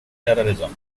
terrorism